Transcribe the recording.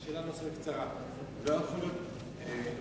שאלה נוספת קצרה: לא יכולים להיות